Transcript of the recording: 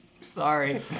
Sorry